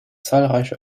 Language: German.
zahlreiche